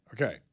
Okay